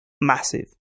massive